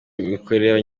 imikorere